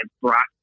brought